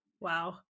Wow